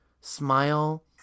Smile